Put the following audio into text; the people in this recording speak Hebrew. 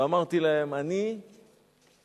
ואמרתי להם: אני לקוח